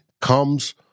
comes